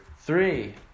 Three